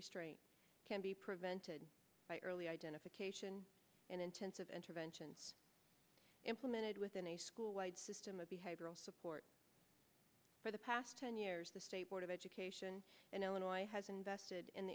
restraint can be prevented by early identification and intensive intervention implemented within a school system of behavioral support for the past ten years the state board of education in illinois has invested in